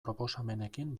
proposamenekin